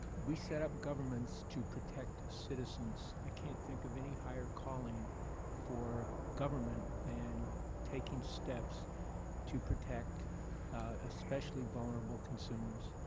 we setup governments to protect citizens. i can't think of any higher calling for government than taking steps to protect especially vulnerable consumers.